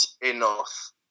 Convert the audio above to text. enough